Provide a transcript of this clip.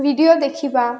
video ଦେଖିବା